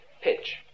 Pitch